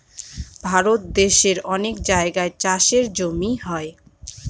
ভারত দেশের অনেক জায়গায় চাষের জমি হয়